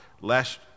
lest